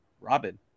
Robin